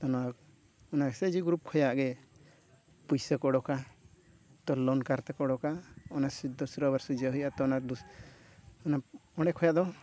ᱱᱚᱣᱟ I S G group ᱠᱷᱚᱱᱟᱜᱼᱜᱮ ᱯᱩᱭᱥᱟᱹ ᱠᱚ ᱩᱰᱩᱠᱟ ᱛᱳ ᱞᱳᱱ ᱠᱟᱨ ᱛᱮᱠᱚ ᱩᱰᱩᱠᱟ ᱛᱳ ᱚᱱᱟ ᱫᱚᱥᱨᱟ ᱵᱟᱨ ᱦᱩᱭᱩᱜ ᱟᱛᱚ ᱚᱱᱟ ᱚᱸᱰᱮ ᱠᱷᱚᱱᱟᱜᱼᱜᱮ ᱟᱫᱚ